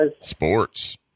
Sports